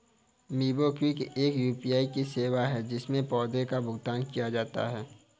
MobiKwik एक UPI की सेवा है, जिससे पैसे का भुगतान किया जाता है